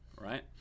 right